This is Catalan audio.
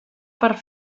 per